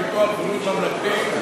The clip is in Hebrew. את ביטוח הבריאות הממלכתי,